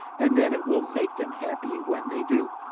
and that it will make them happy when they do.